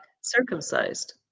circumcised